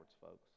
folks